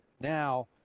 now